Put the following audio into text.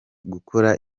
gukora